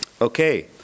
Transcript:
Okay